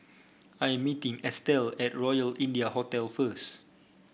I'm meeting Estell at Royal India Hotel first